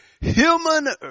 Human